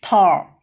tall